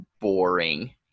boring